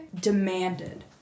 demanded